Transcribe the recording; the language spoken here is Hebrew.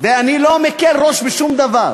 ואני לא מקל ראש בשום דבר.